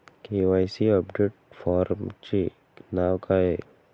KYC update फॉर्मचे नाव काय आहे?